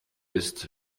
ist